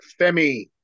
Femi